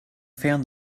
found